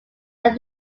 that